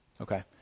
Okay